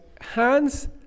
hands